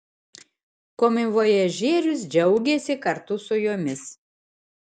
komivojažierius džiaugėsi kartu su jomis